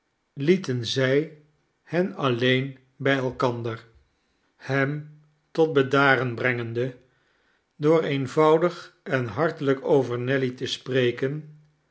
lieten zij hen alleen bij elkander hem tot bedaren brengende door eenvoudig en hartelijk over nelly te spreken